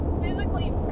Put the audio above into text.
physically